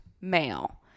male